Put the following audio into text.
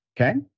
okay